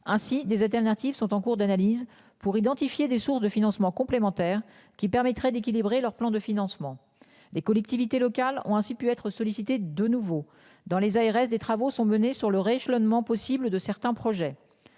ainsi des alternatives sont en cours d'analyses pour identifier des sources de financements complémentaires qui permettraient d'équilibrer leur plan de financement des collectivités locales ont ainsi pu être sollicité de nouveau dans les ARS. Des travaux sont menés sur le rééchelonnement possible de certains projets.